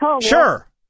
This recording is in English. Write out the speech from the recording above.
Sure